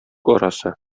арасы